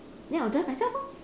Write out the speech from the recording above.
then I'll drive myself lor